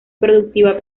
productiva